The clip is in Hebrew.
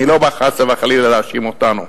אני לא בא, חס וחלילה, להאשים אותנו.